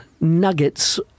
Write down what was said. nuggets